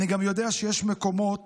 אני יודע שיש מקומות